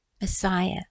Messiah